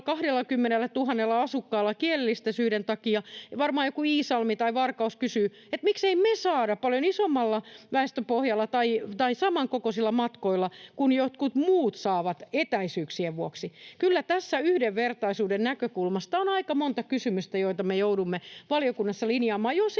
20 000 asukkaalla kielellisten syiden takia. Varmaan joku Iisalmi tai Varkaus kysyy, että miksei me saada paljon isommalla väestöpohjalla tai samankokoisilla matkoilla, kun jotkut muut saavat etäisyyksien vuoksi. Kyllä tässä yhdenvertaisuuden näkökulmasta on aika monta kysymystä, joita me joudumme valiokunnassa linjaamaan,